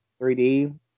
3D